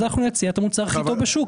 אנחנו נציע את המוצר הכי טוב בשוק.